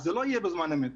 זה לא יהיה בזמן אמת.